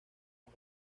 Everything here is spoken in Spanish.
las